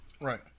Right